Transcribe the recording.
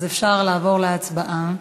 אפשר לעבור להצבעה.